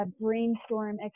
brainstorm